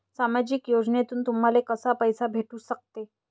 सामाजिक योजनेतून तुम्हाले कसा पैसा भेटू सकते?